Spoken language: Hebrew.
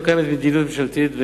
לא קיימת מדיניות ממשלתית בישראל,